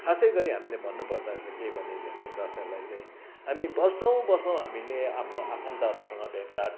खासै गरी हामीले भन्नु पर्दा चाहिँ के भनिन्छ भने दसैँलाई चाहिँ हामी वर्षौ वर्षौ हामीले आफ्नो आफन्तहरूसँग भेटघाट